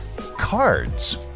Cards